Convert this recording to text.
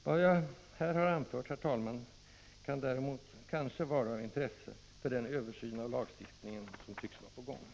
Vad jag här har anfört, herr talman, kan däremot kanske vara av intresse för den översyn av lagstiftningen som tycks vara att vänta.